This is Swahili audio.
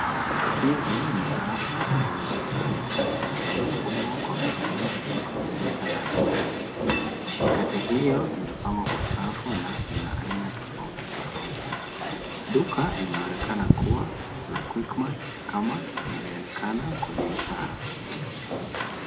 Hizi ni rafu zilizojaa mikate iliyofungwa kwa vifurushi kwenye duka la rejareja. Mikate hiyo imepangwa kwa safu na ina aina tofauti, tofauti. Duka linaonekana kua la QuickMart kama inavyoonekana kwenye ishara.